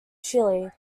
chile